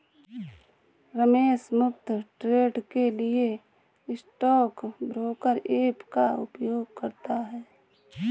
रमेश मुफ्त ट्रेड के लिए स्टॉक ब्रोकर ऐप का उपयोग करता है